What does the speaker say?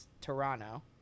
Toronto